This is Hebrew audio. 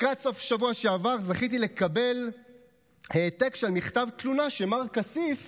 לקראת סוף השבוע שעבר זכיתי לקבל העתק של מכתב תלונה שמר כסיף